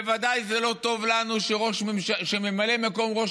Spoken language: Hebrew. בוודאי זה לא טוב לנו שממלא מקום ראש